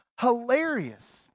hilarious